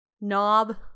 knob